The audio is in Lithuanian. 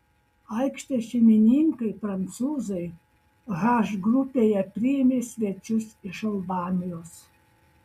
aikštės šeimininkai prancūzai h grupėje priėmė svečius iš albanijos